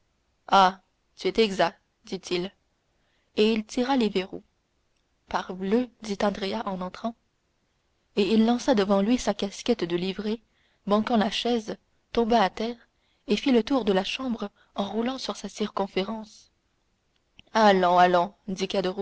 ah tu es exact dit-il et il tira les verrous parbleu dit andrea en entrant et il lança devant lui sa casquette de livrée qui manquant la chaise tomba à terre et fit le tour de la chambre en roulant sur sa circonférence allons allons